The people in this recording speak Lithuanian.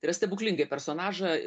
yra stebuklingai personažą